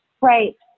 Right